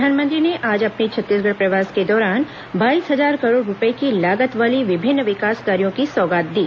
प्रधानमंत्री ने आज अपने छत्तीसगढ़ प्रवास के दौरान बाईस हजार करोड़ रूपये की लागत वाले विभिन्न विकास कार्यों की सौगात दी